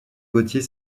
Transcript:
gauthier